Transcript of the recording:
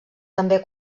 també